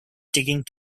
taking